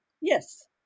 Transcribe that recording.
Yes